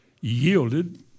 yielded